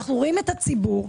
רואים את הציבור,